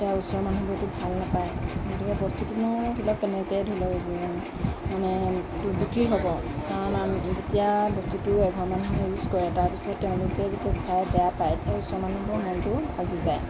এতিয়া ওচৰৰ মানুহবোৰেতো ভাল নাপায় গতিকে বস্তুটোনো ধৰি লওক কেনেকৈ ধৰি লওক মানে এইটো বিক্ৰী হ'ব কাৰণ যেতিয়া বস্তুটো এঘৰ মানুহে ইউজ কৰে তাৰ পিছত তেওঁলোকে যেতিয়া চাই বেয়া পায় তেতিয়া ওচৰৰ মানুহবোৰৰ মনটোও ভাগি যায়